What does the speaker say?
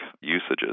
usages